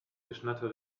geschnatter